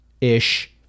ish